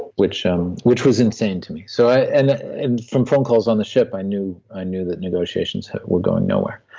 which um which was insane to me. so and and from phone calls on the ship i knew i knew that negotiations were going nowhere.